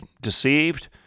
deceived